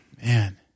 Man